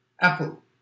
Apple